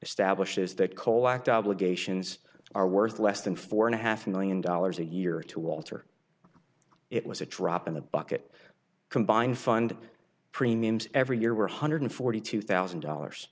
establishes that coal act obligations are worth less than four and a half million dollars a year to walter it was a drop in the bucket combined fund premiums every year one hundred forty two thousand dollars